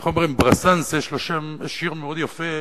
איך אומרים, ברסאנס יש לו שיר מאוד יפה